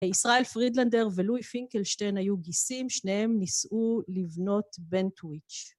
ישראל פרידלנדר ולואי פינקלשטיין היו גיסים, שניהם נישאו לבנות בנטוויץ'.